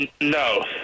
No